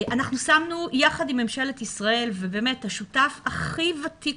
שמנו יחד עם ממשלת ישראל יעד השותף הכי ותיק